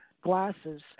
glasses